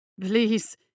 Please